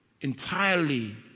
entirely